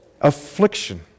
affliction